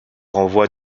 envoie